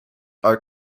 are